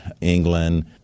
England